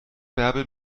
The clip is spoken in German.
bärbel